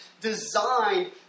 designed